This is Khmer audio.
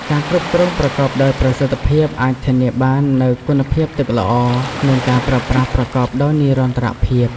ការគ្រប់គ្រងប្រកបដោយប្រសិទ្ធភាពអាចធានាបាននូវគុណភាពទឹកល្អ និងការប្រើប្រាស់ប្រកបដោយនិរន្តរភាព។